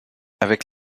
avec